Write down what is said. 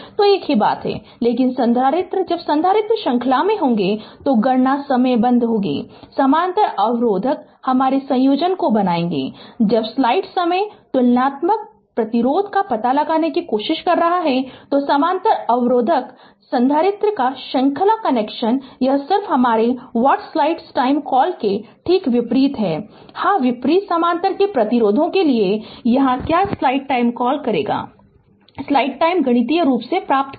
तो एक ही बात लेकिन संधारित्र जब संधारित्र श्रृंखला में होगा तो गणना समयबद्ध समानांतर अवरोधक हमारे संयोजन को बनाएगी जब स्लाइड समय तुल्यता प्रतिरोध का पता लगाने की कोशिश कर रहा है समानांतर अवरोधक संधारित्र का श्रृंखला कनेक्शन यह सिर्फ हमारे व्हाट्स स्लाइड टाइम कॉल के ठीक विपरीत है हाँ विपरीत समानांतर के प्रतिरोधों के लिए कि यहाँ क्या स्लाइड टाइमकॉल करेगा स्लाइड टाइम गणितीय रूप से प्राप्त करें